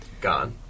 Gone